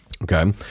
Okay